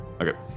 Okay